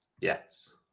Yes